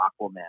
Aquaman